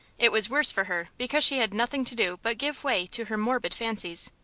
it was worse for her because she had nothing to do but give way to her morbid fancies.